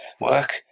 work